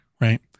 right